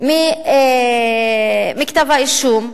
מכתב האישום,